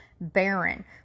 baron